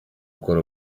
ukora